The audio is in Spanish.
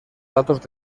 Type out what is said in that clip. datos